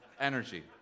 energy